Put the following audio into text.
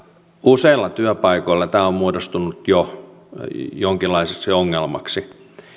useilla työpaikoilla tämä on muodostunut jo jonkinlaiseksi ongelmaksi